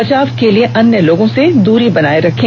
बचाव के लिए अन्य लोगों से दूरी बनाए रखें